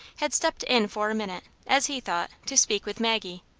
had stepped in for a minute, as he thought, to speak with maggie.